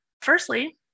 Firstly